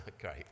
Great